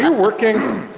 um working?